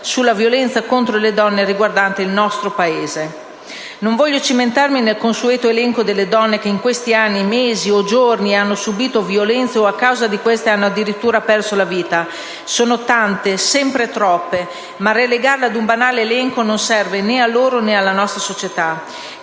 sulla violenza contro le donne riguardanti il nostro Paese. Non voglio cimentarmi nel consueto elenco delle donne che in questi anni, mesi o giorni hanno subìto violenze o, a causa di queste, hanno addirittura perso la vita; sono tante, sempre troppe, ma relegarle ad un banale elenco non serve né a loro né alla nostra società.